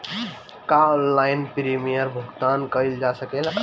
का online premium भुगतान कईल जा सकेला?